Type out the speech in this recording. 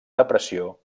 depressió